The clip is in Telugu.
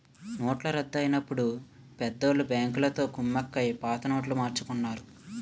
నోట్ల రద్దు అయినప్పుడు పెద్దోళ్ళు బ్యాంకులతో కుమ్మక్కై పాత నోట్లు మార్చుకున్నారు